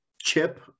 chip